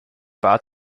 bat